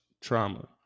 trauma